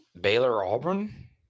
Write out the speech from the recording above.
Baylor-Auburn